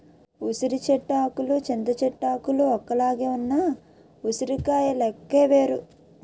ఉసిరి చెట్టు ఆకులు చింత చెట్టు ఆకులు ఒక్కలాగే ఉన్న ఉసిరికాయ లెక్క వేరు